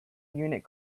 unit